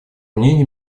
мнение